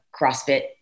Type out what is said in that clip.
CrossFit